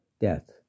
death